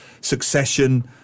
Succession